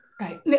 Right